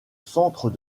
centre